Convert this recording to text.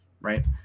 right